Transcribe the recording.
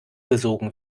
gesogen